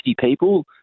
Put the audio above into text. people